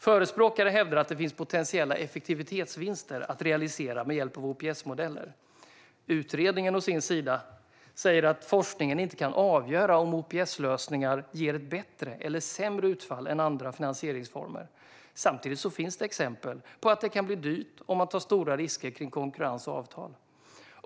Förespråkare hävdar att det finns potentiella effektivitetsvinster att realisera med hjälp av OPS-modeller. Utredningen menar å sin sida att forskningen inte kan avgöra om OPS-lösningar ger ett bättre eller sämre utfall än andra finansieringsformer. Samtidigt finns det exempel på att det kan bli dyrt om man tar stora risker när det gäller konkurrens och avtal.